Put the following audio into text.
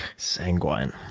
sanguine.